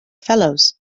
fellows